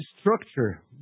structure